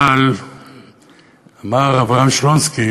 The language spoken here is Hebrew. אבל אמר אברהם שלונסקי,